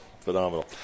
Phenomenal